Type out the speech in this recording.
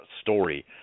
story